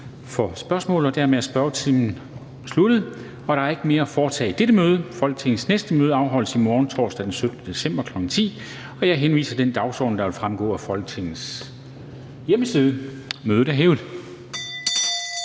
fra formanden Formanden (Henrik Dam Kristensen): Der er ikke mere at foretage i dette møde. Folketingets næste møde afholdes i morgen, torsdag den 17. december 2020, kl. 10.00. Jeg henviser til den dagsorden, der vil fremgå af Folketingets hjemmeside. Mødet er hævet.